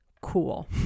cool